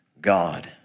God